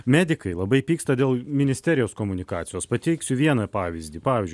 medikai labai pyksta dėl ministerijos komunikacijos pateiksiu vieną pavyzdį pavyzdžiui